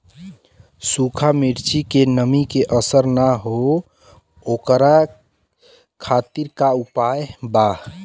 सूखा मिर्चा में नमी के असर न हो ओकरे खातीर का उपाय बा?